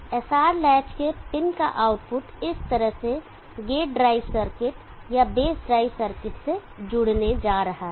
SR latch के pin का output इस तरह से गेट ड्राइव सर्किट या बेस ड्राइव सर्किट से जुड़ने जा रहा है